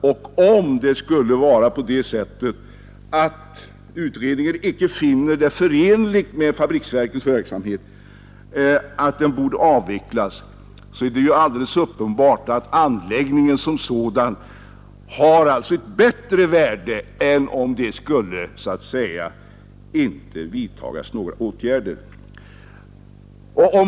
Om utredningen skulle finna att det är förenligt med fabriksverkens intressen att avveckla verksamheten i Ödeshög, är det alldeles uppenbart att anläggningen som sådan får ett bättre värde än den skulle ha, om inga åtgärder vidtoges.